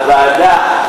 לוועדה,